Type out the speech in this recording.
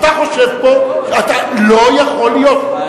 אתה חושב פה, אתה לא יכול להיות.